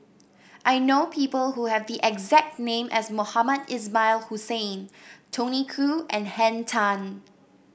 I know people who have the exact name as Mohamed Ismail Hussain Tony Khoo and Henn Tan